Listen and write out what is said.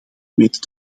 weten